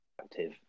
Active